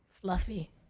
Fluffy